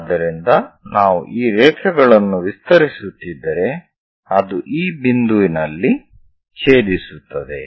ಆದ್ದರಿಂದ ನಾವು ಈ ರೇಖೆಗಳನ್ನು ವಿಸ್ತರಿಸುತ್ತಿದ್ದರೆ ಅದು ಈ ಬಿಂದುದಲ್ಲಿ ಛೇಧಿಸುತ್ತದೆ